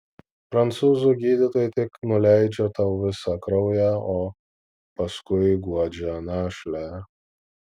prancūzų gydytojai tik nuleidžia tau visą kraują o paskui guodžia našlę